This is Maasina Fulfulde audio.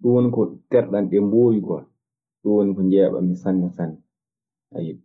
ɗun woni ko terɗe an ɗee ngoowi kwa. Ɗun woni ko njeeɓamii sanne sanne ayoo.